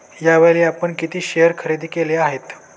यावेळी आपण किती शेअर खरेदी केले आहेत?